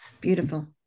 beautiful